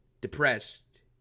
depressed